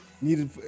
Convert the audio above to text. needed